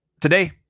today